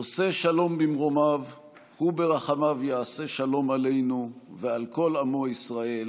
עושה שלום במרומיו הוא ברחמיו יעשה שלום עלינו ועל כל עמו ישראל